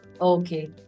Okay